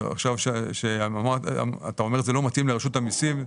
אתה אומר שזה לא מתאים לרשות המסים,